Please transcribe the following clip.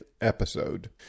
episode